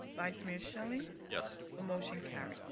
vice mayor shelley yes. the motion carries.